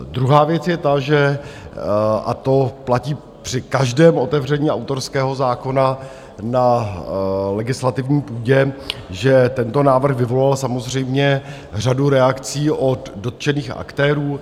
Druhá věc je ta, že a to platí při každém otevření autorského zákona na legislativní půdě že tento návrh vyvolal samozřejmě řadu reakcí od dotčených aktérů.